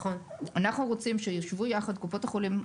אנחנו רוצים שישבו יחד קופות החולים,